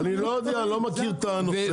אני לא יודע, אני לא מכיר את הנושא.